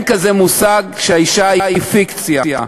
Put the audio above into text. אין כזה מושג שהאישה היא פיקציה.